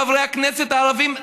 חברי הכנסת הערבים,